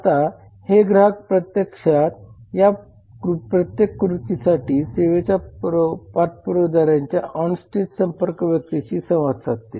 आता हे ग्राहक प्रत्यक्षात या प्रत्येक कृतीसाठी सेवा पुरवठादारांच्या ऑनस्टेज संपर्क व्यक्तीशी संवाद साधतील